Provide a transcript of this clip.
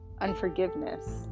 unforgiveness